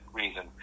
reason